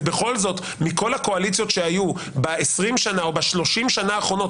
ובכל זאת מכל הקואליציות שהיו ב-20 שנה או ב-30 שנה האחרונות